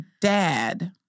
dad